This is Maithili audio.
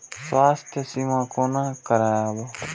स्वास्थ्य सीमा कोना करायब?